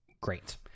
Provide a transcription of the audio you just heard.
great